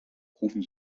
rufen